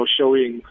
showing